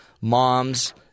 moms